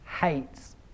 hates